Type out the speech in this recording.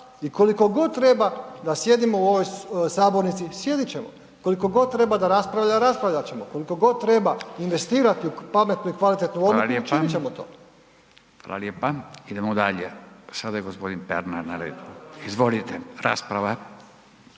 I koliko god treba da sjedimo u ovoj sabornici sjedit ćemo, koliko god treba da raspravljat, raspravljat ćemo koliko god treba investirati u pametnu i kvalitetnu odluku učinit ćemo to. **Radin, Furio (Nezavisni)** Hvala lijepa. Idemo dalje, sada je gospodin Pernar na redu. Izvolite, rasprava.